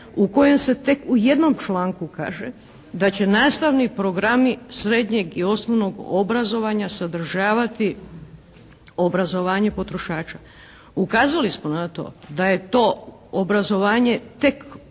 u kojem se tek u jednom članku kaže da će nastavni programi srednjeg i osnovnog obrazovanja sadržavati obrazovanje potrošača. Ukazali smo na to da je to obrazovanje tek